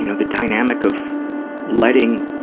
you know the dynamic of letting